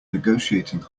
negotiating